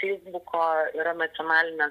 feisbuko yra nacionalinio